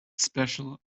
special